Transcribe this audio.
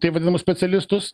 taip vadinamus specialistus